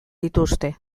dituzte